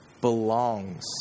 belongs